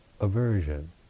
aversion